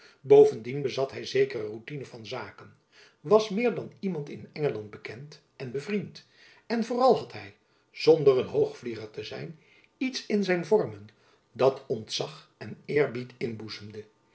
bovendien bezat hy zekere routine van zaken was meer dan iemand in engeland bekend en bevriend en vooral had hy zonder een hoogvlieger te zijn iets in zijn vormen dat ontzach en eerbied